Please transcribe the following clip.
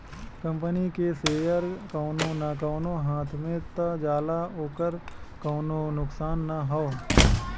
company के share कउनो न कउनो हाथ मे त जाला ओकर कउनो नुकसान ना हौ